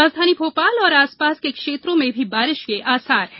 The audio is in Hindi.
राजधानी भोपाल और आसपास के क्षेत्रों में भी बारिश के आसार हैं